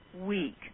week